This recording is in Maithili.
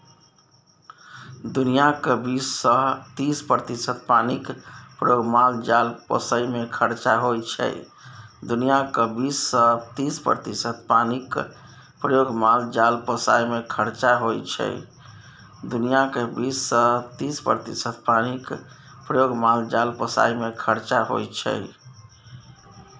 दुनियाँक बीस सँ तीस प्रतिशत पानिक प्रयोग माल जाल पोसय मे खरचा होइ छै